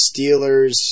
Steelers